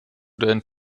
dein